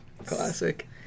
Classic